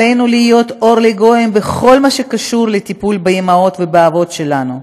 עלינו להיות אור לגויים בכל מה שקשור לטיפול באימהות ובאבות שלנו,